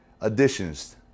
additions